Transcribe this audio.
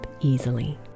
easily